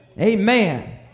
Amen